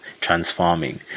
transforming